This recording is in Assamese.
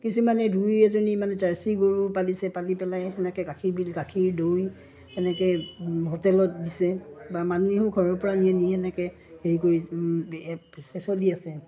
কিছুমানে দুই এজনী মানে জাৰ্চি গৰু পালিছে পালি পেলাই সেনেকৈ গাখীৰ গাখীৰ দৈ সেনেকৈ হোটেলত দিছে বা মানুহেও ঘৰৰ পৰা নিয়ে নি সেনেকৈ হেৰি কৰি চলি আছে